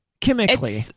chemically